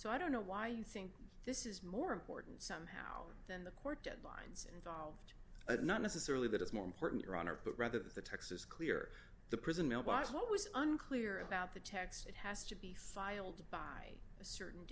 so i don't know why you think this is more important somehow than the court deadlines involved and not necessarily that it's more important your honor but rather the texas clear the prison millibars what was unclear about the text it has to be filed by a certain